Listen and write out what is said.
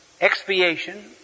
expiation